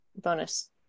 bonus